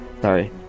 Sorry